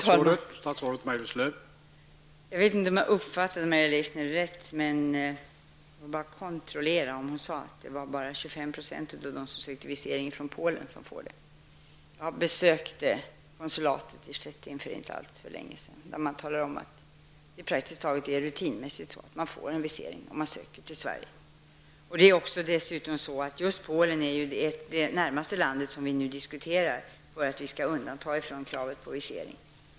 Herr talman! Jag vet inte om jag uppfattade Maria Leissner rätt. Jag vill bara kontrollera om hon sade att det var 25 % av dem som sökte visering från Polen som beviljades sådan. Jag har besökt konsulatet i Stettin för inte alltför länge sedan, och där talade man om att den som ansöker om visering till Sverige får det praktiskt taget rutinmässigt. Just Polen är alltså det land för vilket vi just nu närmast diskuterar undantag från kravet på visering.